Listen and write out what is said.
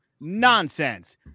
Nonsense